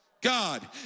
God